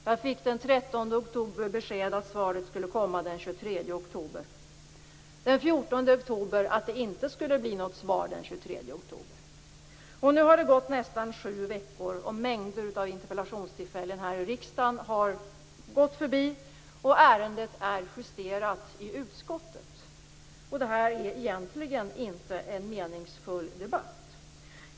Jag fick den 13 oktober besked att svaret skulle komma den 23 oktober. Den 14 oktober fick jag besked att det inte skulle bli något svar den 23 oktober. Nu har det gått nästan sju veckor. Mängder av interpellationstillfällen här i riksdagen har gått förbi, och ärendet är justerat i utskottet. Det här är egentligen inte en meningsfull debatt.